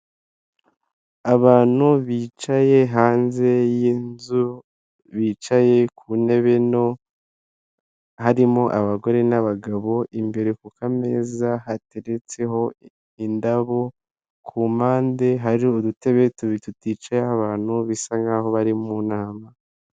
Abantu bicaye hanze y'inzu, bicaye ku ntebe nto, harimo abagore n'abagabo, imbere ku kameza hateretseho indabo, ku mpande hari udutebe tubiri tuticayeho abantu, bisa nk'aho bari mu nama.